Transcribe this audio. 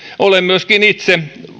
olen myöskin itse